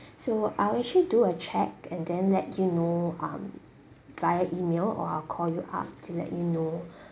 so I'll actually do a check and then let you know um via email or I'll call you up to let you know